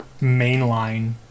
mainline